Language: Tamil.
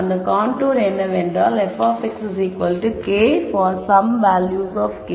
அந்த கான்டூர்க்கு என்னவென்றால் fk பார் சம் k